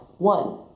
One